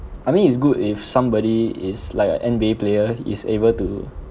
money is good if somebody is like a N_B_A player he is able to